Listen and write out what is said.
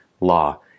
law